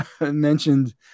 mentioned